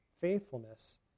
faithfulness